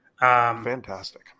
fantastic